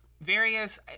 various